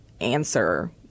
answer